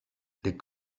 des